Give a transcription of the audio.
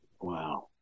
Wow